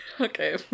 Okay